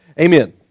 Amen